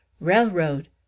Railroad